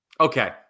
Okay